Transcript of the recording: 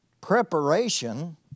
Preparation